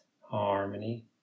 harmony